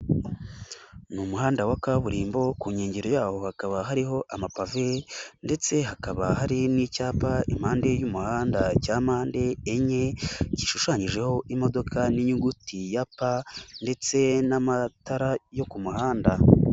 Ni umuhanda wa kaburimbo ku nkengero yawo hakaba hariho amapave ndetse hakaba hari n'icyapa impande y'umuhanda cya mpande enye gishushanyijeho imodoka n'inyuguti ya pa ndetse n'amatara yo ku muhanda.